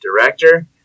director